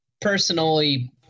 Personally